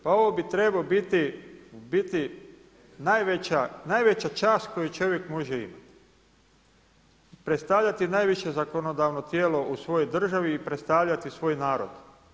Pa ovo bi trebao biti u biti najveća čast koju čovjek može imati, predstavljati najviše zakonodavno tijelo u svojoj državi i predstavljati svoj narod.